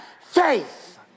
faith